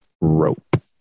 rope